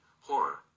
horror